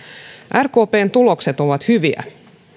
rkpn tulokset ovat hyviä